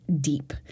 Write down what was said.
deep